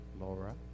Laura